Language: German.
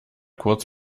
kurz